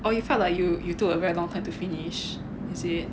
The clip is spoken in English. oh you felt like you you took a very long time to finish is it